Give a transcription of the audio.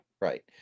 Right